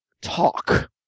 talk